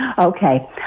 Okay